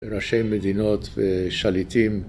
ראשי מדינות ושליטים